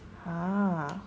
ha